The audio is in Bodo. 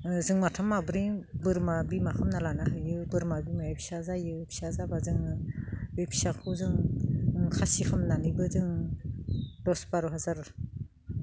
जों माथाम माब्रै बोरमा बिमा खालामना लानो हायो बोरमा बिमाया फिसा जायो फिसा जाबा जोङो बे फिसाखौ जों खासि खालामनानैबो जों दस बार' हाजार